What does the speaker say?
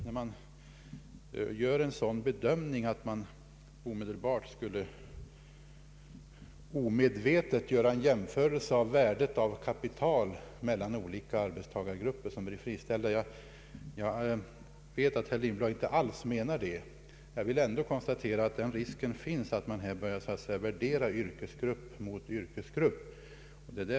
När man gör en sådan bedömning är väl bara risken den att man omedvetet gör en jämförelse mellan kapitalvärdena hos olika grupper av anställda som blir friställda. Jag vet att herr Lindblad inte alls menar det, men jag vill ändå påpeka att risken finns att man börjar ”värdera” yrkesgrupp mot yrkesgrupp.